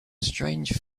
strange